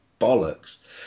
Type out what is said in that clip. bollocks